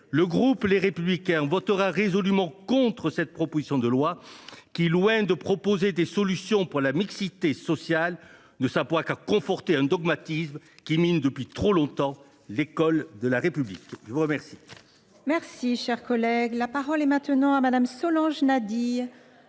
le groupe Les Républicains votera résolument contre cette proposition de loi, qui, loin de présenter des solutions pour la mixité sociale, n’a d’autre objet que de conforter un dogmatisme qui mine depuis trop longtemps l’école de la République. Quelle